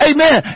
Amen